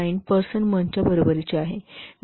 9 percent मंथच्या बरोबरीचे आहे